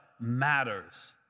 matters